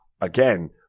again